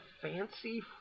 fancy